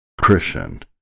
Christian